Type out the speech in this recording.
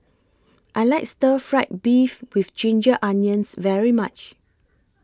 I like Stir Fried Beef with Ginger Onions very much